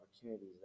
opportunities